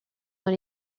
dans